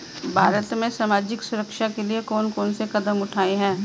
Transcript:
भारत में सामाजिक सुरक्षा के लिए कौन कौन से कदम उठाये हैं?